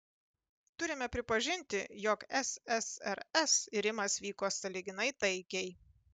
turime pripažinti jog ssrs irimas vyko sąlyginai taikiai